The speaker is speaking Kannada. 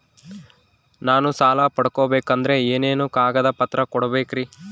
ನಾನು ಸಾಲ ಪಡಕೋಬೇಕಂದರೆ ಏನೇನು ಕಾಗದ ಪತ್ರ ಕೋಡಬೇಕ್ರಿ?